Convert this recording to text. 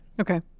Okay